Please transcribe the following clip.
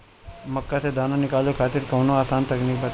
मक्का से दाना निकाले खातिर कवनो आसान तकनीक बताईं?